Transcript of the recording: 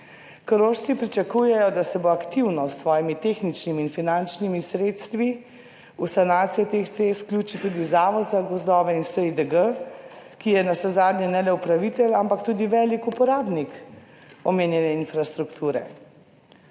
Korošci pričakujejo, da se bo aktivno s svojimi tehničnimi in finančnimi sredstvi, v sanacijo teh cest vključil tudi Zavod za gozdove in SiDG, ki je navsezadnje ne le upravitelj, ampak tudi velik uporabnik omenjene infrastrukture